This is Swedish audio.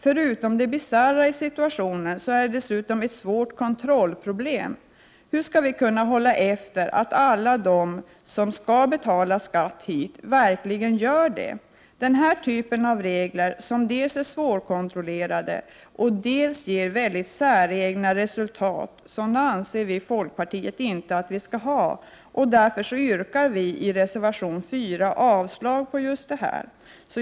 Förutom det bisarra i situationen är det dessutom ett svårt kontrollproblem. Hur skall vi kunna hålla efter att alla de som skall betala skatt hit verkligen gör det? Den här typen av regler, som dels är svårkontrollerade, dels ger synnerligen säregna resultat, anser vi i folkpartiet inte att man skall ha. Därför yrkar vi i reservation 4 avslag på just detta.